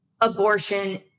abortion